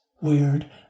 Weird